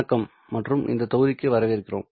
வணக்கம் மற்றும் இந்த தொகுதிக்கு வரவேற்கிறோம்